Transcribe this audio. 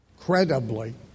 credibly